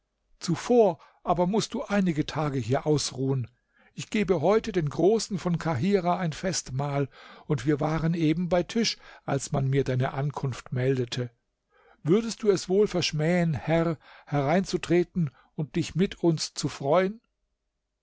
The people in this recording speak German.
zuvor aber mußt du einige tage hier ausruhen ich gebe heute den großen von kahirah ein festmahl und wir waren eben bei tisch als man mir deine ankunft meldete würdest du es wohl verschmähen herr hereinzutreten und dich mit uns zu freuen